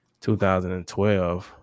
2012